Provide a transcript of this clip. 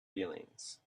feelings